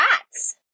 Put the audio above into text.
rats